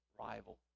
rival